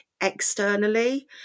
externally